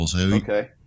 Okay